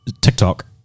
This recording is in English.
TikTok